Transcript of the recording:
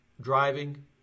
driving